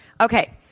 Okay